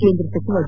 ಕೇಂದ್ರ ಸಚಿವ ಡಿ